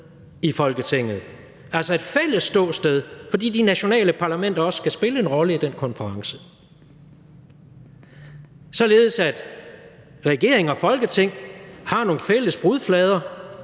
i Folketinget, altså et fælles ståsted, fordi de nationale parlamenter også skal spille en rolle i den konference, således at regering og Folketing har nogle fælles brudflader,